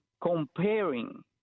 comparing